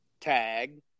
Tag